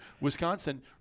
Wisconsin